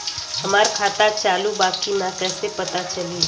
हमार खाता चालू बा कि ना कैसे पता चली?